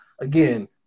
again